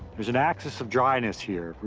there's an axis of dryness here.